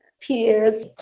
peers